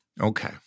Okay